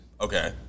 Okay